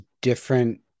different